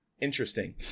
Interesting